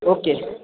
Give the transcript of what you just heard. okay